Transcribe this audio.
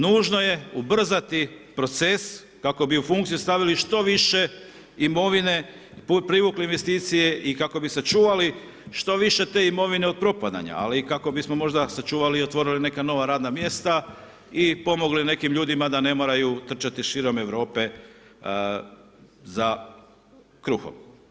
Nužno je ubrzati proces kako bi u funkciju stavili što više imovine, privukli investicije i kako bi sačuvali što više te imovine od propadanja, ali kako bismo sačuvali i otvorili neka nova radna mjesta i pomogli nekim ljudima da ne moraju trčati širem Europe za kruhom.